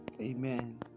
Amen